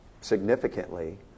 significantly